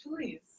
Please